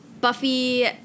buffy